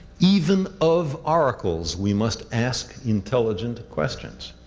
even of oracles we must ask intelligent questions.